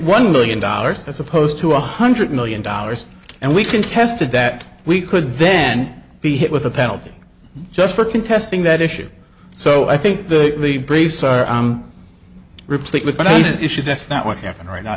one million dollars as opposed to one hundred million dollars and we contested that we could van be hit with a penalty just for contesting that issue so i think the the bracer replete with an issue that's not what happened right now